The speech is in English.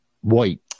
White